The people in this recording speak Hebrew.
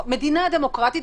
מדינה דמוקרטית,